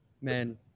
Man